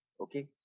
Okay